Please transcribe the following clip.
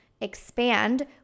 expand